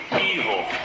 evil